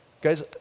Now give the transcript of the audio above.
Guys